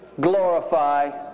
glorify